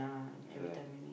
that's why